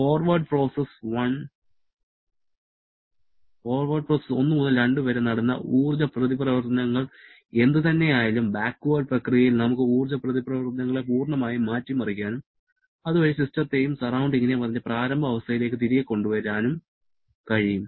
forward process 1 മുതൽ 2 വരെ നടന്ന ഊർജ്ജ പ്രതിപ്രവർത്തനങ്ങൾ എന്തുതന്നെയായാലും ബാക്ക്വേർഡ് പ്രക്രിയയിൽ നമുക്ക് ഊർജ്ജ പ്രതിപ്രവർത്തനങ്ങളെ പൂർണ്ണമായും മാറ്റിമറിക്കാനും അതുവഴി സിസ്റ്റത്തെയും സറൌണ്ടിങ്ങിനെയും അതിന്റെ പ്രാരംഭ അവസ്ഥയിലേക്ക് തിരികെ കൊണ്ടുവരാനും കഴിയും